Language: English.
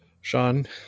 Sean